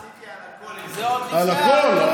עשיתי על הכול, על הכול?